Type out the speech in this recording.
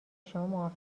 شما